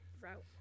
route